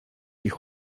ich